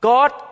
God